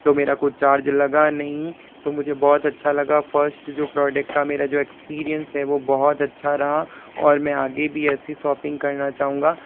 तो मेरा कुछ चार्ज लगा नहीं तो मुझे बहुत अच्छा लगा फर्स्ट जो प्रोडक्ट का मेरा जो एक्सपीरियंस है वो बहुत अच्छा रहा और मैं आगे भी ऐसी शॉपिंग करना चाहूँगा